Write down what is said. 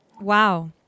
wow